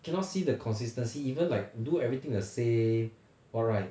cannot see the consistency even like do everything the same all right